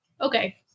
Okay